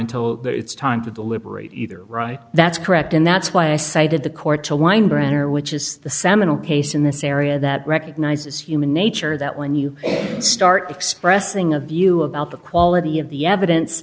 until it's time to deliberate either right that's correct and that's why i cited the court to wind brenner which is the seminal case in this area that recognises human nature that when you start expressing a view about the quality of the evidence